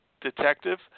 detective